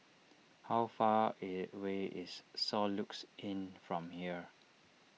how far away is Soluxe Inn from here